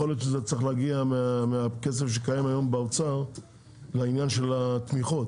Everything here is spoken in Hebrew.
יכול להיות שזה צריך להגיע מהכסף שקיים היום באוצר לעניין של התמיכות,